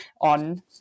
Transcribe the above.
on